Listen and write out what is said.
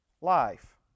life